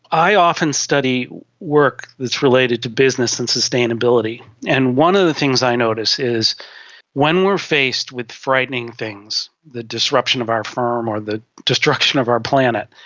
i often study work that is related to business and sustainability, and one of the things i notice is when we are faced with frightening things, the disruption of our firm or the destruction of our planet,